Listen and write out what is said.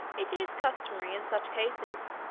it is customary, in such cases,